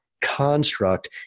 construct